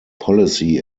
policy